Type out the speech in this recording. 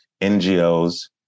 NGOs